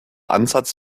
ansatz